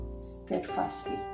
steadfastly